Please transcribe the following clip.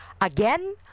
Again